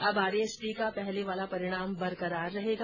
अब RAS pre का पहले वाला परिणाम बरकरार रहेगा